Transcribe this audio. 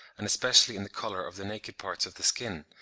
and especially in the colour of the naked parts of the skin,